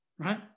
right